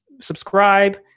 subscribe